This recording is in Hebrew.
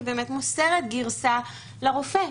היא מוסרת גרסה לרופא,